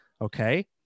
Okay